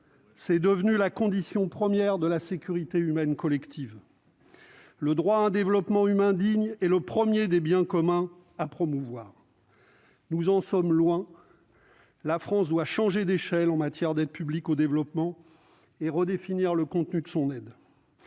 c'est devenu la condition première de la sécurité humaine collective. Le droit à un développement humain digne est le premier des biens communs à promouvoir. Nous en sommes loin ! La France doit changer d'échelle en matière d'APD et redéfinir le contenu de son aide.